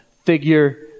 figure